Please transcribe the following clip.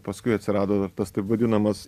paskui atsirado tas taip vadinamas